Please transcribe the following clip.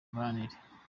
mibanire